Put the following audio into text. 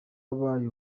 wabaye